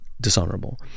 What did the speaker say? dishonorable